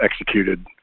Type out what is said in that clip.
executed